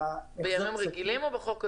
בימים רגילים או בחוק הזה?